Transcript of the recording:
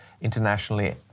internationally